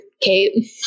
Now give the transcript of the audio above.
Kate